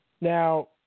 now